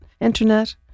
internet